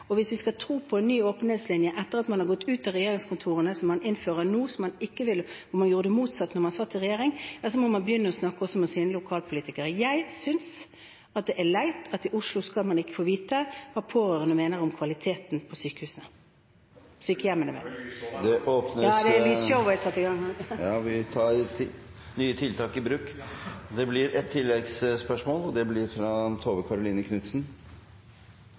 Hvis vi skal tro på en ny åpenhetslinje etter at man har gått ut av regjeringskontorene, som man innfører nå – man gjorde det motsatte da man satt i regjering – må man begynne å snakke også med sine lokalpolitikere. Jeg synes det er leit at i Oslo skal man ikke få vite hva pårørende mener om kvaliteten på sykehjemmene. Det blir ett oppfølgingsspørsmål – fra Tove Karoline Knutsen. Jeg kan ikke dy meg. Det borgerlige byrådet i Oslo har hemmeligholdt 3 000 avviksmeldinger av hensyn til forretningshemmeligheter hos de private driverne; det